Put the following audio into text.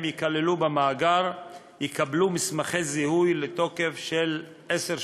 ייכללו במאגר יקבלו מסמכי זיהוי לתוקף של עשר שנים.